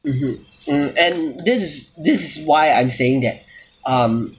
mmhmm mm and this is this is why I'm saying that um